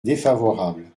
défavorable